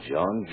John